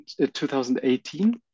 2018